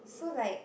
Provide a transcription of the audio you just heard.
so like